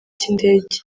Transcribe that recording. cy’indege